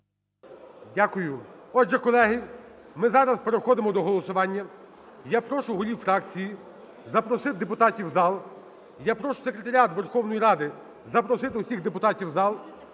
Дякую. Отже, колеги, ми зараз переходимо до голосування. Я прошу голів фракцій запросити депутатів в зал, я прошу секретаріат Верховної Ради запросити всіх депутатів в зал.